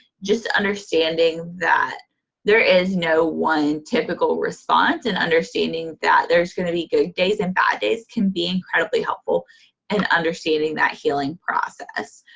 just understanding that there is no one typical response, and understanding that there's going to be good days and bad days, can be incredibly helpful in and understanding that healing process.